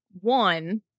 One